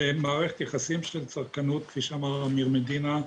אלה הן מערכת יחסים צרכנית כפי שאמר אמיר מדינה,